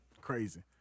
Crazy